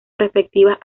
respectivas